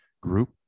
group